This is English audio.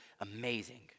amazing